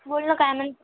बोल ना काय म्हणते